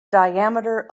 diameter